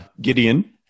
Gideon